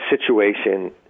situation